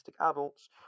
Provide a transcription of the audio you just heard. adults